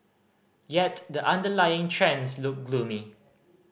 yet the underlying trends look gloomy